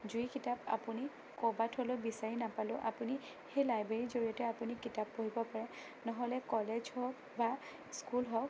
যি কিতাপ আপুনি ক'ৰবাত হ'লেও বিচাৰি নাপালেও আপুনি সেই লাইব্ৰেৰীৰ জড়িয়তে আপুনি কিতাপ পঢ়িব পাৰে নহ'লে কলেজ হওঁক বা স্কুল হওঁক